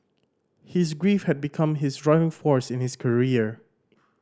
his grief had become his driving force in his career